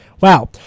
Wow